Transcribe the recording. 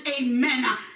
amen